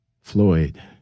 Floyd